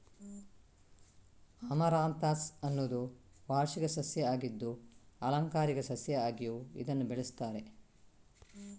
amaranthus ಅನ್ನುದು ವಾರ್ಷಿಕ ಸಸ್ಯ ಆಗಿದ್ದು ಆಲಂಕಾರಿಕ ಸಸ್ಯ ಆಗಿಯೂ ಇದನ್ನ ಬೆಳೆಸ್ತಾರೆ